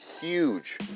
huge